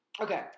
Okay